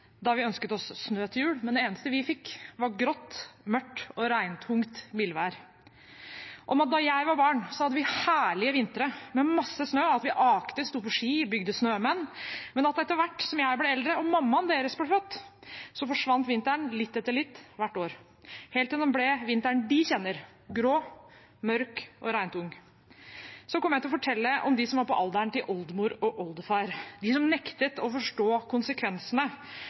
da vi ønsket oss snø til jul, men det eneste vi fikk, var grått, mørkt og regntungt mildvær, om at da jeg var barn, hadde vi herlige vintre med masse snø, at vi akte, sto på ski, bygde snømenn, men at etter hvert som jeg ble eldre, og mammaen deres ble født, forsvant vinteren litt etter litt, hvert år, helt til den ble vinteren de kjenner: grå, mørk og regntung. Så kommer jeg til å fortelle om dem som var på alderen til oldemor og oldefar, om dem som nektet å forstå konsekvensene